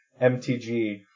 MTG